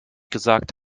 gesagt